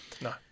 No